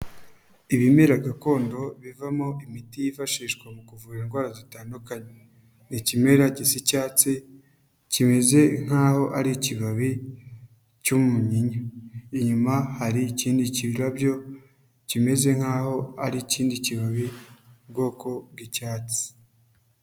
Ibimera gakondo bivamo imiti yifashishwa mu kuvura indwara zitandukanye, ni ikimera gisa icyatsi kimeze nkaho ari ikibabi cy'umunyinya, inyuma hari ikindi kirabyo kimeze nkaho ari ikindi kibabi, ubwoko bw'icyatsi.